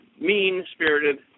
mean-spirited